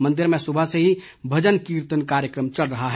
मंदिर में सुबह से ही भजन कीर्तन कार्यक्रम चल रहा है